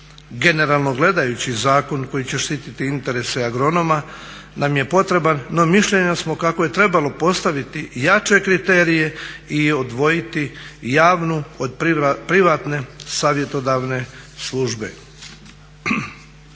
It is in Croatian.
Generalno gledajući zakon koji će štitit interese agronoma nam je potreban no mišljenja smo kako je trebalo postaviti jače kriterije i odvojiti i javnu od privatne savjetodavne službe.